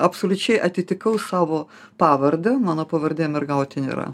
absoliučiai atitikau savo pavardę mano pavardė mergautinė yra